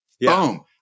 Boom